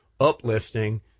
uplifting